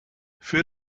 für